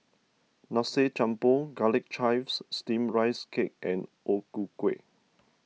Nasi Campur Garlic Chives Steamed Rice Cake and O Ku Kueh